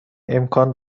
امکان